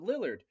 Lillard